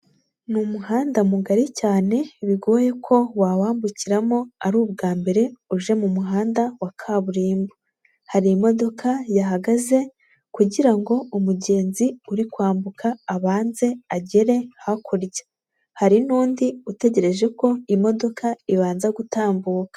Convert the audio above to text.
Ni umuhanda mugari cyane, bigoye ko wawambukiramo ari ubwa mbere uje mu muhanda wa kaburimbo, hari imodoka yahagaze kugira ngo umugenzi uri kwambuka abanze agere hakurya, hari n'undi utegereje ko imodoka ibanza gutambuka.